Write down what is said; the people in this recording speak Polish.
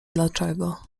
dlaczego